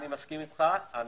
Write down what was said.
אני מסכים לגמרי.